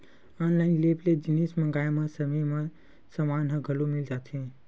online app ले जिनिस मंगाए म समे म समान ह घलो मिल जाथे